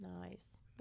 Nice